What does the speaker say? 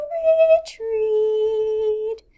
retreat